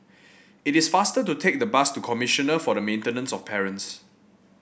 it is faster to take the bus to Commissioner for the Maintenance of Parents